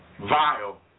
Vile